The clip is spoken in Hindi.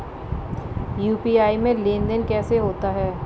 यू.पी.आई में लेनदेन कैसे होता है?